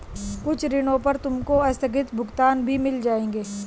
कुछ ऋणों पर तुमको आस्थगित भुगतान भी मिल जाएंगे